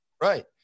Right